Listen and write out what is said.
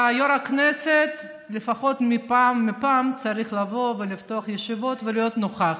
יו"ר הכנסת לפחות מפעם לפעם צריך לבוא ולפתוח ישיבות ולהיות נוכח,